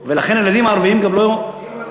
חברים,